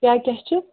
کیٛاہ کیٛاہ چھِ